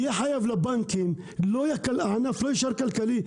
יהיה חייב לבנקים, הענף לא יהיה כלכלי.